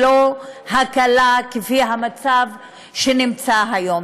ולא הקלה כפי שנעשה היום.